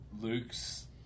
luke's